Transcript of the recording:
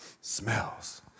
Smells